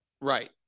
Right